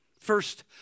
First